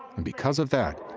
and because of that,